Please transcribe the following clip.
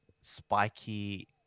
spiky